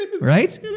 right